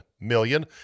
million